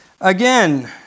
Again